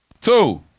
Two